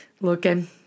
looking